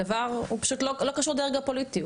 הדבר לא קשור לדרג הפוליטי.